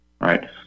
Right